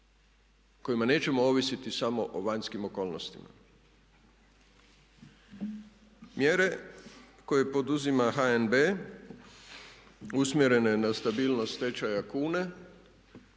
kojim nećemo ovisiti samo o vanjskim okolnostima. Mjere koje poduzima HNB usmjerene na stabilnost tečaja kune,